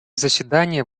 заседание